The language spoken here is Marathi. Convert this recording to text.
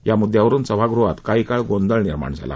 या मुद्दयावरुन सभागृहात काही काळ गोंधळ निर्माण झाला